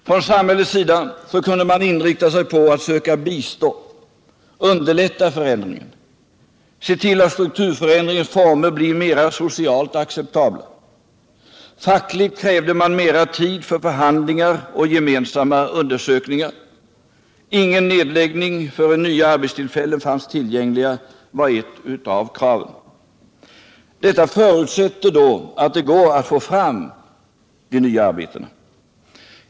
Från samhällets sida kunde man inrikta sig på att söka bistå, underlätta förändringen, se till att strukturförändringens former blev mera socialt acceptabla. Fackligt krävde man mera tid för förhandlingar och gemensamma undersökningar. Ingen nedläggning förrän nya arbetstillfällen fanns tillgängliga, det var ett av kraven. Detta förutsätter att det går att få fram de nya arbetena.